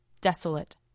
desolate